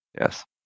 Yes